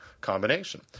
combination